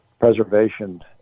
preservation